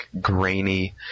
grainy